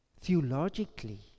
theologically